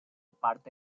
parte